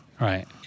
Right